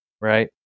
right